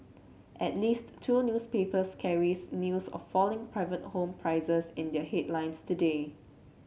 at least two newspapers carries news of falling private home prices in their headlines today